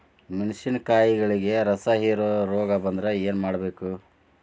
ಮೆಣಸಿನಕಾಯಿಗಳಿಗೆ ರಸಹೇರುವ ರೋಗ ಬಂದರೆ ಏನು ಮಾಡಬೇಕು?